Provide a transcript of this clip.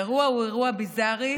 האירוע הוא אירוע ביזארי.